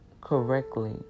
correctly